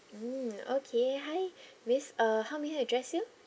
mm okay hi miss uh how may I address you